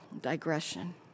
digression